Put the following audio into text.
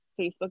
Facebook